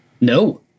No